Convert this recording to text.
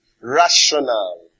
rational